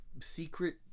secret